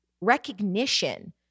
recognition